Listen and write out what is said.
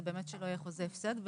זה באמת שלא יהיה חוזה הפסד.